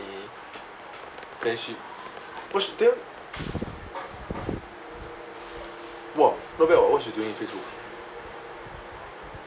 then she what she ti~ !wah! not bad [what] what she doing in facebook